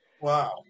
Wow